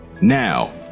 now